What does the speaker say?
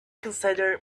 consider